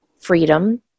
freedom